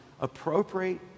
appropriate